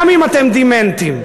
גם אם אתם דמנטיים.